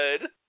good